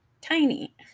Tiny